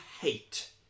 hate